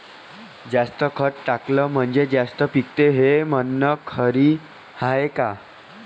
जास्त खत टाकलं म्हनजे जास्त पिकते हे म्हन खरी हाये का?